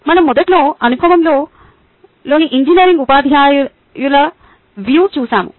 మనం మొదట్లో అనుభవం లేని ఇంజనీరింగ్ ఉపాధ్యాయుల వ్యూని చూశాము